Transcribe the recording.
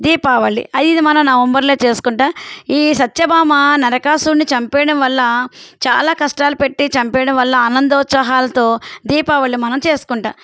దీపావళి ఇది మనం నవంబర్లో చేసుకుంటాము ఈ సత్యభామ నరకాసురుడిని చంపేయడం వల్ల చాలా కష్టాలు పెట్టి చంపేయడం వల్ల ఆనందోత్సాహాలతో దీపావళిని మనం చేసుకుంటాము